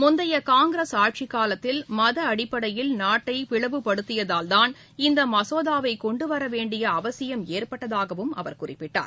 முந்தைய காங்கிரஸ் ஆட்சிக் காலத்தில் மத அடிப்படையில் நாட்டை பிளவுபடுத்தியதால்தான் இந்த மசோதாவை கொண்டுவர வேண்டிய அவசியம் ஏற்பட்டதாகவும் அவர் குறிப்பிட்டார்